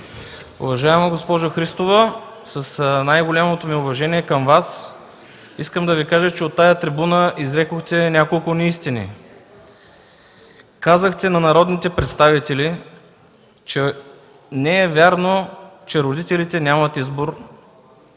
Уважаема госпожо Христова, с най-голямото ми уважение към Вас искам да Ви кажа, че от тази трибуна изрекохте няколко неистини. Казахте на народните представители, че не е вярно, че родителите нямат избор